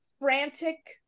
frantic